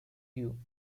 you